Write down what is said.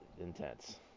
intense